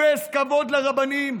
אפס כבוד לרבנים,